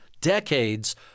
decades